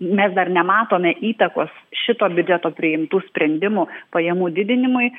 mes dar nematome įtakos šito biudžeto priimtų sprendimų pajamų didinimui